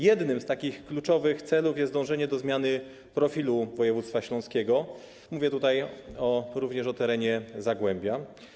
Jednym z kluczowych celów jest dążenie do zmiany profilu województwa śląskiego, mówię również o terenie Zagłębia.